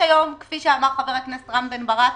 כפי שאמר רם בן ברק,